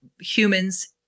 humans